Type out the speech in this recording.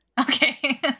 Okay